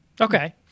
Okay